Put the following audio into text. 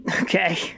Okay